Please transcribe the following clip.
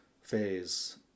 phase